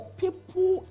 people